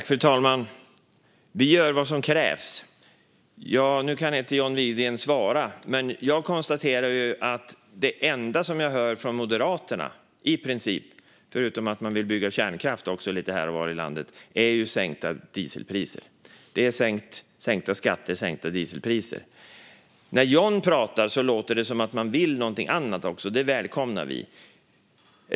Fru talman! Vi gör vad som krävs. Nu kan inte John Widegren svara, men jag konstaterar att i princip det enda som jag hör från Moderaterna, förutom att man vill bygga kärnkraft lite här och var i landet, är sänkta dieselpriser och sänkta skatter. När John Widegren pratar låter det dock som om man även vill något annat. Det välkomnar vi.